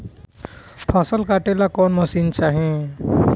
फसल काटेला कौन मशीन चाही?